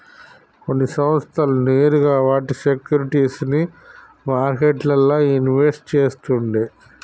కొన్ని సంస్థలు నేరుగా వాటి సేక్యురిటీస్ ని మార్కెట్లల్ల ఇన్వెస్ట్ చేస్తుండే